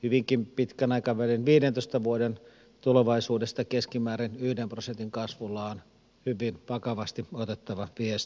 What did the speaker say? hyvinkin pitkän aikavälin viidentoista vuoden tulevaisuudesta keskimäärin yhden prosentin kasvullaan hyvin vakavasti otettava mies